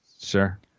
Sure